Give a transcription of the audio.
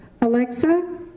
Alexa